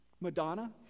Madonna